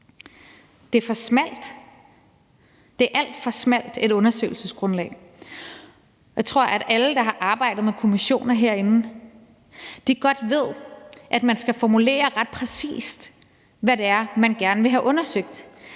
Det er et alt for smalt undersøgelsesgrundlag. Jeg tror, at alle, der har arbejdet med kommissioner herinde, godt ved, at man skal formulere ret præcist, hvad det er, man gerne vil have undersøgt